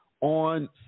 on